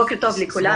בוקר טוב לכולם.